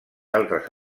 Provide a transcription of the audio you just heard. altres